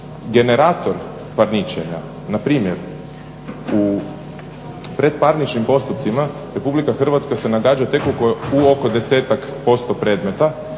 generator parničenja. Npr. u predparničnim postupcima Republika Hrvatska se nagađa tek u oko 10-tak % predmeta